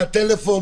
מה הטלפון,